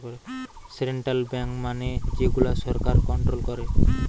central bank মানে যে গুলা সরকার কন্ট্রোল করে